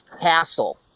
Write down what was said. castle